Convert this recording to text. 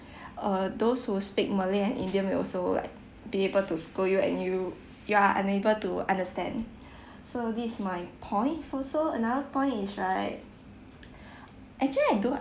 uh those who speak malay and indian will also like be able to scold you and you you are unable to understand so this is my point so also another point is right actually I don't